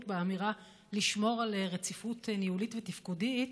באמירה "לשמור על רציפות ניהולית ותפקודית",